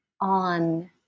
on